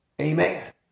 amen